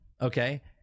okay